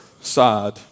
side